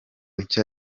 nshya